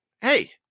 hey